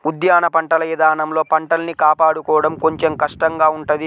ఉద్యాన పంటల ఇదానంలో పంటల్ని కాపాడుకోడం కొంచెం కష్టంగా ఉంటది